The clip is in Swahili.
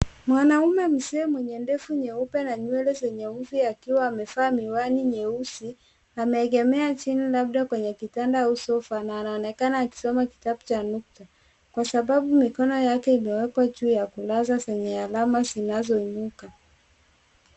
Mwanaume mzee mwenye ndefu nyeupe na nywele zenye mvi akiwa amevaa miwani nyeusi, ameegemea chini labda kweneye kitanda au sofa na anaonekana akisoma kitabu cha nukta.